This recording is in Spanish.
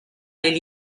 del